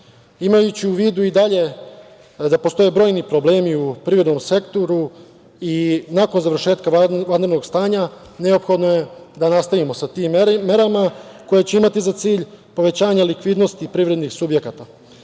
u vidu i dalje da postoje brojni problemi u privrednom sektoru i nakon završetka vanrednog stanja neophodno je da nastavimo sa tim merama koje će imati za cilj povećanje likvidnosti privrednih subjekata.